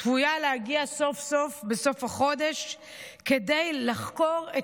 צפויה להגיע סוף-סוף בסוף החודש כדי לחקור את